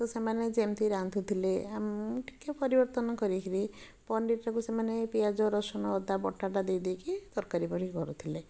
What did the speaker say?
ତ ସେମାନେ ଯେମିତି ରାନ୍ଧୁଥିଲେ ମୁଁ ଟିକେ ପରିବର୍ତ୍ତନ କରିକିରି ପନିରଟାକୁ ସେମାନେ ପିଆଜ ରସୁଣ ଅଦା ବଟାଟା ଦେଇ ଦେଇକି ତରକାରୀ ପରି କରୁଥିଲେ